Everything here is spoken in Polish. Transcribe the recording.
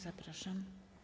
Zapraszam.